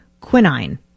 quinine